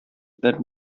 that